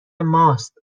ماست